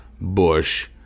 bush